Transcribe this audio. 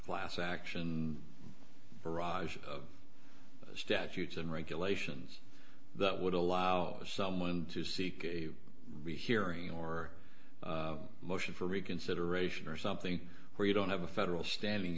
class action for raj statutes and regulations that would allow someone to seek rehearing or motion for reconsideration or something where you don't have a federal standing